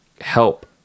help